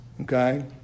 Okay